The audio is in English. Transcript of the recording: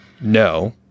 no